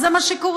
אז זה מה שקורה.